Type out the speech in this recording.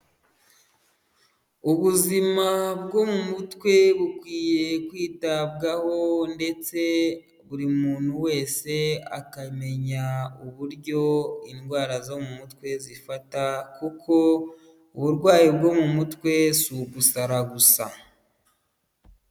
Ubuzima bwo mu mutwe bukwiye kwitabwaho ndetse buri muntu wese akamenya uburyo indwara zo mu mutwe zifata kuko uburwayi bwo mu mutwe si ugusara gusa.